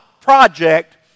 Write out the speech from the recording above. project